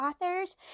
authors